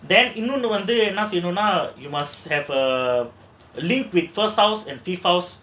then இன்னொன்னு வந்து என்ன சொல்வோம்னா:innonnu vandhu enna solvomnaa now you must have a link with first house